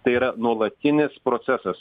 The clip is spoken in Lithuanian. tai yra nuolatinis procesas